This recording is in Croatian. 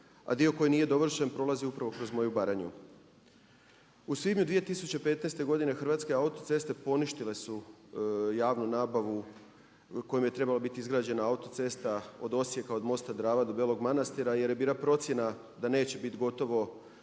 a dio koji nije dovršen prolazi upravo kroz moju Baranju. U svibnju 2015. godine Hrvatske autoceste poništile su javnu nabavu kojom je trebala biti izgrađena autocesta od Osijeka, od mosta Drava do Belog Manastira jer je bila procjena da neće biti gotovo